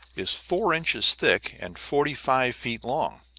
is four inches thick and forty-five feet long,